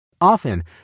Often